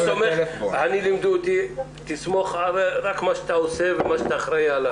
אותי לימדו לסמוך רק על מה שאני עושה ורק על מה שאני אחראי עליו.